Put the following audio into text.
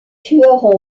tueurs